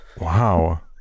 Wow